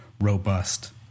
robust